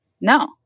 No